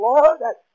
Lord